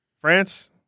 France